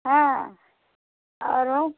हँ आओरो